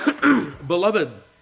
Beloved